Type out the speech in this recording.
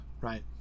right